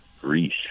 Greece